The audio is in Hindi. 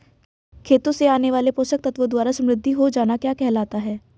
खेतों से आने वाले पोषक तत्वों द्वारा समृद्धि हो जाना क्या कहलाता है?